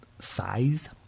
Size